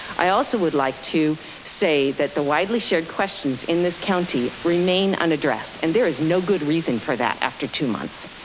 i also would like to say that the widely shared questions in this county remain unaddressed. and there is no good reason for that after two months.